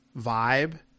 vibe